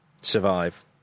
survive